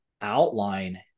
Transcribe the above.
outline